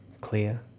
clear